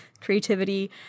creativity